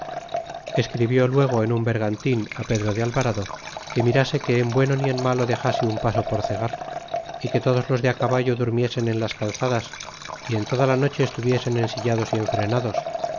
escribió luego en un bergantin pedro de alvarado que mirase que en bueno ni en malo dexase un paso por cegar y que todos los de caballo durmiesen en las calzadas y en toda la noche estuviesen ensillados y enfrenados